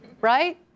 right